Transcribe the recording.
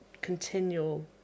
continual